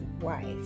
wife